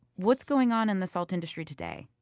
what's going on in the salt industry today?